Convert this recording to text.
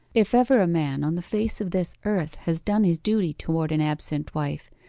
if ever a man on the face of this earth has done his duty towards an absent wife,